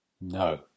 no